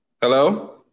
Hello